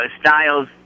styles